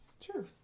Sure